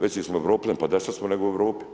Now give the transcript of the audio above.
Veći smo Europljani, pa dašta smo nego u Europi.